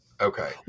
Okay